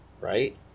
Right